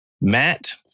Matt